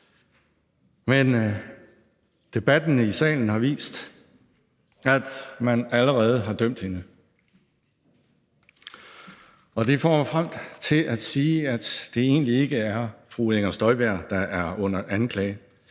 men debatten i salen har vist, at man allerede har dømt hende. Og det fører mig til at sige, at det egentlig ikke er fru Inger Støjberg, der er under anklage.